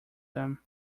them